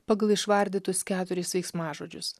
pagal išvardytus keturis veiksmažodžius